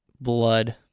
Blood